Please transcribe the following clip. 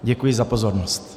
Děkuji za pozornost.